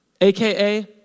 AKA